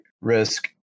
risk